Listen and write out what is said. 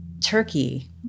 Turkey